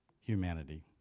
humanity